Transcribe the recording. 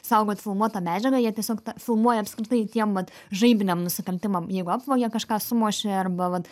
saugot filmuotą medžiagą jie tiesiog na filmuoja apskritai tiem vat žaibiniam nusikaltimam jeigu apvogė kažką sumušė arba vat